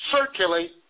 circulate